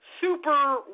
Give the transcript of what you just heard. Super